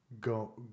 go